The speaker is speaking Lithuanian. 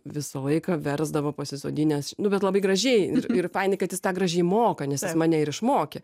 visą laiką versdavo pasisodinęs nu bet labai gražiai ir fainiai kad jis tą gražiai moka nes jis mane ir išmokė